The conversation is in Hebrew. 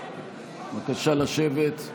בבקשה לשבת.